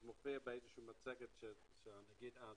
זה מופיע במצגת שהצגנו לאחת